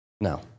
No